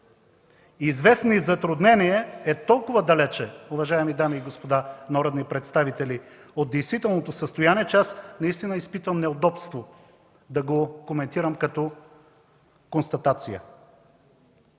„Известни затруднения” – е толкова далече, уважаеми дами и господа народни представители, от действителното състояние, че аз наистина изпитвам неудобство да го коментирам като констатация.